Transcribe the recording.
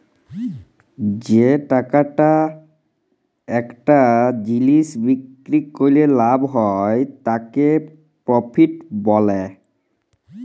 যে টাকাটা একটা জিলিস বিক্রি ক্যরে লাভ হ্যয় তাকে প্রফিট ব্যলে